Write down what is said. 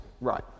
right